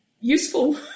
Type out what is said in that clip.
useful